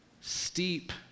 Steep